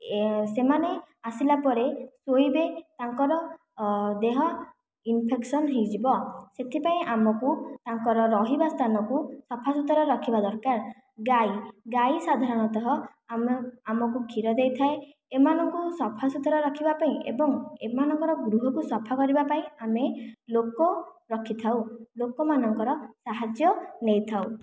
ସେମାନେ ଆସିଲା ପରେ ଶୋଇବେ ତାଙ୍କର ଦେହ ଇନ୍ଫେକ୍ସନ୍ ହୋଇଯିବ ସେଥିପାଇଁ ଆମକୁ ତାଙ୍କର ରହିବା ସ୍ଥାନକୁ ସଫା ସୁତରା ରଖିବା ଦରକାର ଗାଇ ଗାଇ ସାଧାରଣତଃ ଆମକୁ କ୍ଷୀର ଦେଇଥାଏ ଏମାନଙ୍କୁ ସଫା ସୁତୁରା ରଖିବା ପାଇଁ ଏବଂ ଏମାନଙ୍କର ଗୃହକୁ ସଫା କରିବା ପାଇଁ ଆମେ ଲୋକ ରଖିଥାଉ ଲୋକମାନଙ୍କର ସାହାଯ୍ୟ ନେଇଥାଉ